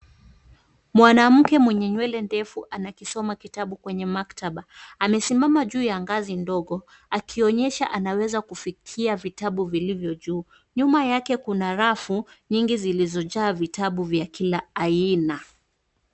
Mwanamke mwenye nywele ndefu anakisoma kitabu kwenye maktaba, amesimama juu ya ngazi ndogo, akionyesha anaweza KUfikia vitabu vilivyo juu. Nyuma yake kuna rafu nyingi zilizojaa vitabu vya kila aina.